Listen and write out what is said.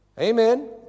Amen